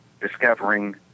discovering